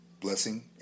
blessing